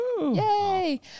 yay